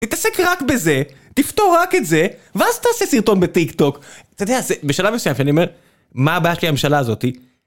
תתעסק רק בזה, תפתור רק את זה, ואז תעשה סרטון בטיק טוק. אתה יודע, בשלב מסוים שאני אומר, מה הבעיה שלי עם הממשלה הזאתי?